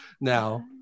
now